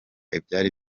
ibyari